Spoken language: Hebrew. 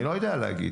אני לא יודע להגיד.